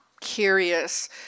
curious